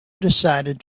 decided